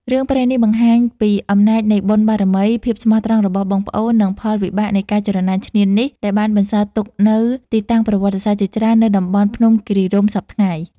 រឿងព្រេងនេះបង្ហាញពីអំណាចនៃបុណ្យបារមី ភាពស្មោះត្រង់របស់បងប្អូន និងផលវិបាកនៃការច្រណែនឈ្នានីស ដែលបានបន្សល់ទុកនូវទីតាំងប្រវត្តិសាស្ត្រជាច្រើននៅតំបន់ភ្នំគិរីរម្យសព្វថ្ងៃ។